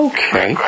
Okay